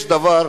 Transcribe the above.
יש דבר,